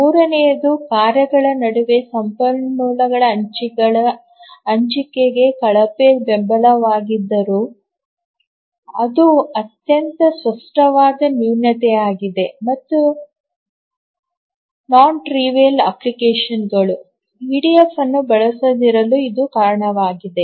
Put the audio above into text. ಮೂರನೆಯದು ಕಾರ್ಯಗಳ ನಡುವೆ ಸಂಪನ್ಮೂಲ ಹಂಚಿಕೆಗೆ ಕಳಪೆ ಬೆಂಬಲವಾಗಿದ್ದರೂ ಇದು ಅತ್ಯಂತ ಸ್ಪಷ್ಟವಾದ ನ್ಯೂನತೆಯಾಗಿದೆ ಮತ್ತು ಕ್ಷುಲ್ಲಕವಲ್ಲದ ಅಪ್ಲಿಕೇಶನ್ಗಳು ಇಡಿಎಫ್ ಅನ್ನು ಬಳಸದಿರಲು ಇದು ಕಾರಣವಾಗಬಹುದು